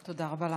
תודה רבה לך.